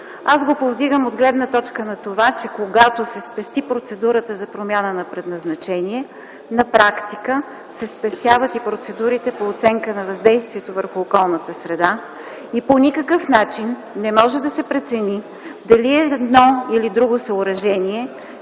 Аз го повдигам от гледна точка на това, че когато се спести процедурата за промяна на предназначение на практика се спестяват и процедурите по оценка на въздействието върху околната среда и по никакъв начин не може да се прецени дали едно или друго съоръжение